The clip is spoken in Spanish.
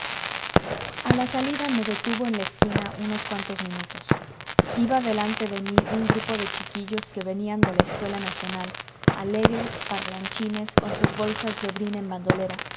a la salida me detuvo en la esquina unos cuantos minutos iba delante de mí un grupo de chiquillos que venían de la escuela nacional alegres parlanchines con sus bolsas de brin en bandolera